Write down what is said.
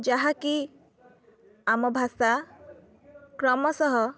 ଯାହାକି ଆମ ଭାଷା କ୍ରମଶଃ